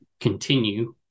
continue